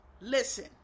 listen